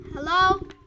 Hello